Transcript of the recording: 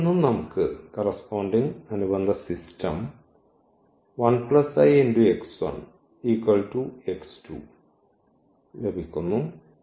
ഇതിൽ നിന്നും നമുക്ക് എന്ന് ലഭിക്കുന്നു